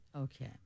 Okay